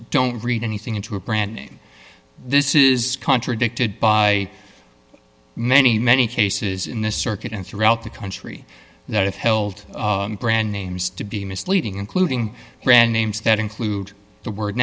don't read anything into a brand name this is contradicted by many many cases in this circuit and throughout the country that have held brand names to be misleading including brand names that include the word